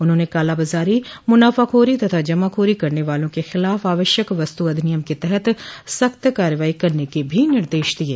उन्होंने कालाबाजारी मुनाफाखोरी तथा जमाखोरी करने वालों के खिलाफ आवश्यक वस्तु अधिनियम के तहत सख्त कार्रवाई करने के भी निर्देश दिये